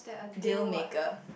deal maker